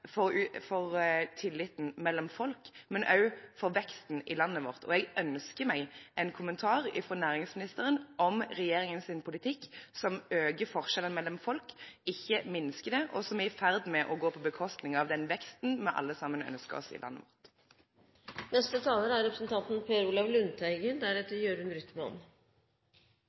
for tilliten mellom folk, men også for veksten i landet vårt. Jeg ønsker meg en kommentar fra næringsministeren om regjeringens politikk, som øker forskjellene mellom folk, ikke minsker dem, og som er i ferd med å gå på bekostning av den veksten vi alle sammen ønsker oss i landet. Det som skjer rundt oss nå, kan vi ikke forstå uten å løfte blikket. Vi er